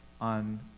on